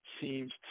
seems